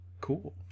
cool